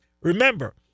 Remember